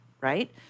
right